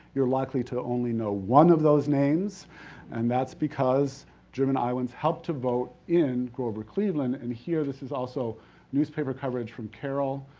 you're likely to only know one of those names and that's because german iowans helped to vote in grover cleveland and here, this is also newspaper coverage from carroll,